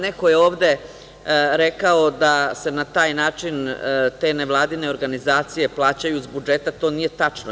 Neko je ovde rekao da se na taj način, te nevladine organizacije plaćaju iz budžeta, to nije tačno.